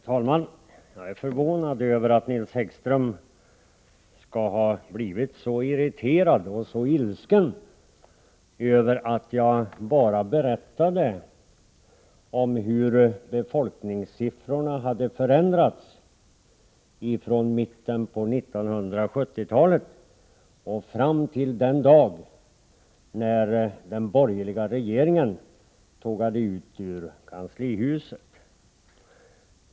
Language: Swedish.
Herr talman! Jag är förvånad över att Nils Häggström skulle ha blivit så irriterad och ilsken över att jag bara berättade om hur befolkningssiffrorna hade förändrats från mitten av 1970-talet och fram till den dag när den borgerliga regeringen tågade ut ur kanslihuset.